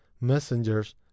messengers